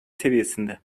seviyesinde